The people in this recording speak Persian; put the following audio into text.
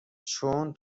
چون